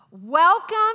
Welcome